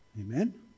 Amen